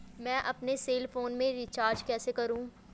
मैं अपने cell phone में रिचार्ज कैसे करूँ?